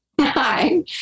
Hi